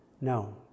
No